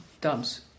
dumps